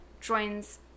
joins